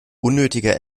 unnötiger